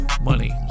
money